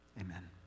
Amen